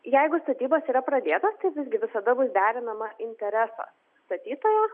jeigu statybos yra pradėtos tai visgi visada bus derinama intereso statytojo